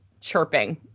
chirping